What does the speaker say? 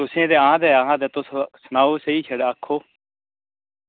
तुसें ई ते हां ते तुस आओ सेही छड़ा आक्खो